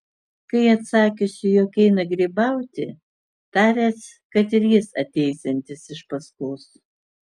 kai atsakiusi jog eina grybauti taręs kad ir jis ateisiantis iš paskos